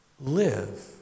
live